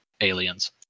aliens